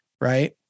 right